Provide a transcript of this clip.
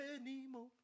anymore